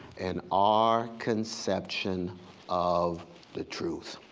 and our conception of the truth.